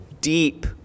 deep